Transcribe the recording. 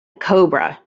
cobra